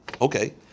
Okay